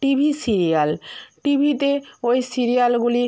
TV serial টিভিতে ওই সিরিয়ালগুলি